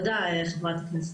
תודה חברת הכנסת.